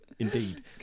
Indeed